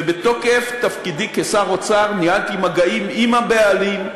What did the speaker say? ובתוקף תפקידי כשר האוצר ניהלתי מגעים עם הבעלים,